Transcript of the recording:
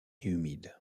humide